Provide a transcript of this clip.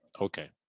okay